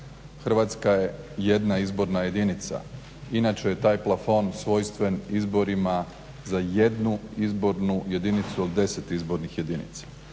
Hrvatska je jedna izborna jedinica, inače je taj plafon svojstven izborima za jednu izbornu jedinicu od 10 izbornih jedinica.